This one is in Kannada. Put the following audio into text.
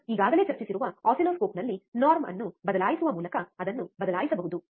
ನಾವು ಈಗಾಗಲೇ ಚರ್ಚಿಸಿರುವ ಆಸಿಲ್ಲೋಸ್ಕೋಪ್ನಲ್ಲಿ ನೊರ್ಮ್ ಅನ್ನು ಬದಲಾಯಿಸುವ ಮೂಲಕ ಅದನ್ನು ಬದಲಾಯಿಸಬಹುದು